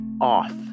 off